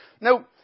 Now